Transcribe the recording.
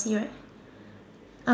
cy right